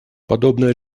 подобное